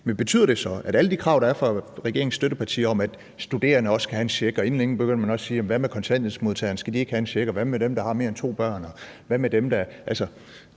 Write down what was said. Men hvad så med alle de krav, der er fra regeringens støttepartier, om, at studerende også skal have en check? Og inden længe begynder man også at sige: Hvad med kontanthjælpsmodtagerne, skal de ikke også have en check, og hvad med dem, der har mere end to børn? Altså, ministeren